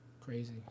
Crazy